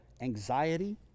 anxiety